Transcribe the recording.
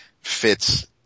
fits